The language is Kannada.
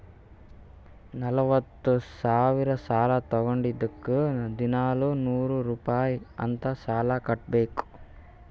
ನಲ್ವತ ಸಾವಿರ್ ಸಾಲಾ ತೊಂಡಿದ್ದುಕ್ ದಿನಾಲೂ ನೂರ್ ರುಪಾಯಿ ಅಂತ್ ಸಾಲಾ ಕಟ್ಬೇಕ್